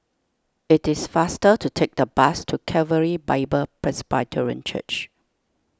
it is faster to take the bus to Calvary Bible Presbyterian Church